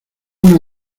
una